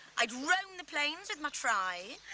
i'd roam the plains with my tribe.